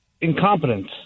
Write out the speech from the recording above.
incompetence